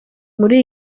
muri